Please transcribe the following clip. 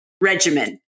regimen